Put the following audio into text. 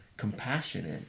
compassionate